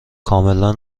کاملا